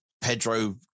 Pedro